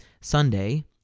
Sunday